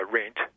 rent